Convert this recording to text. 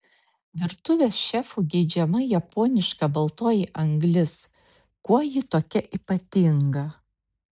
virtuvės šefų geidžiama japoniška baltoji anglis kuo ji tokia ypatinga